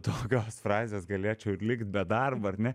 tokios frazės galėčiau likt be darbo ar ne